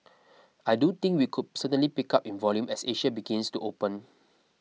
I do think we could certainly pick up in volume as Asia begins to open